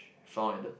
found at the